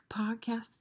podcast